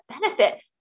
benefit